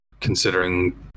considering